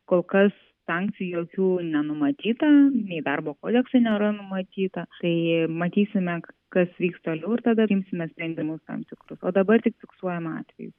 kol kas sankcijų jokių nenumatyta nei darbo kodekse nėra numatyta tai matysime kas vyks toliau ir tada priimsime sprendimus tam tikrus o dabar tik fiksuojam atvejus